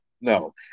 no